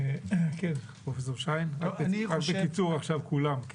פרופ' שיין, בקיצור עכשיו כולם.